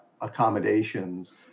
accommodations